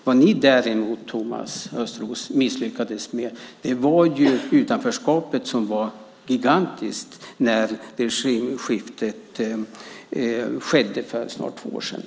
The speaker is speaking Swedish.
Vad ni däremot misslyckades med, Thomas Östros, var att minska utanförskapet som var gigantiskt när regimskiftet skedde för över två år sedan.